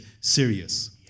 serious